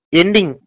ending